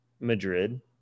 madrid